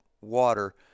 water